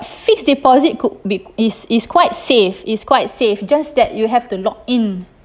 fixed deposit could be is is quite safe is quite safe just that you have to lock in